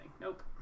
Nope